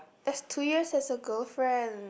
that's two years as a girlfriend